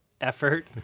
Effort